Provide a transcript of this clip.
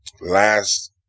last